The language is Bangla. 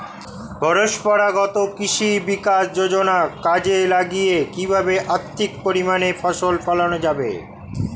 পরম্পরাগত কৃষি বিকাশ যোজনা কাজে লাগিয়ে কিভাবে অধিক পরিমাণে ফসল ফলানো যাবে?